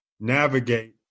navigate